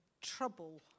trouble